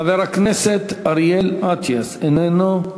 חבר הכנסת אריאל אטיאס, איננו.